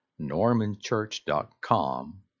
normanchurch.com